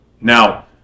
Now